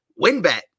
WinBet